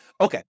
Okay